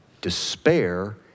despair